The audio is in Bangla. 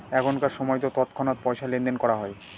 এখনকার সময়তো তৎক্ষণাৎ পয়সা লেনদেন করা হয়